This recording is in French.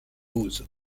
ose